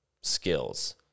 skills